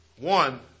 One